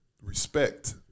Respect